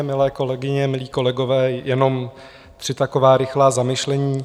Milé kolegyně, milí kolegové, jenom tři taková rychlá zamyšlení.